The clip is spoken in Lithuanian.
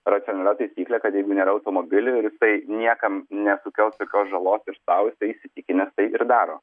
racionalia taisykle kad jeigu nėra automobilių ir jisai niekam nesukels jokios žalos ir sau jisai įsitikinęs tai ir daro